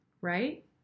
right